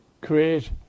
create